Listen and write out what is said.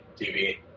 TV